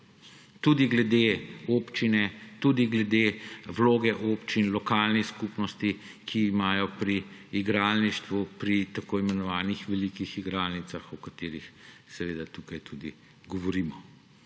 tudi glede občine, tudi glede vloge občin, lokalnih skupnosti, ki imajo pri igralništvu, pri tako imenovanih velikih igralnicah, o katerih seveda tukaj tudi govorimo.